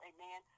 Amen